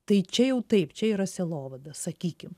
tai čia jau taip čia yra sielovada sakykim